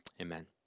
Amen